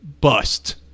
bust